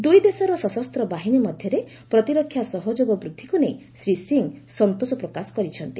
ଦୁଇ ଦେଶର ସଶସ୍ତ ବାହିନୀ ମଧ୍ୟରେ ପ୍ରତିରକ୍ଷା ସହଯୋଗ ବୃଦ୍ଧିକୁ ନେଇ ଶ୍ରୀ ସିଂହ ସନ୍ତୋଷ ପ୍ରକାଶ କରିଛନ୍ତି